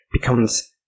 becomes